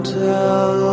tell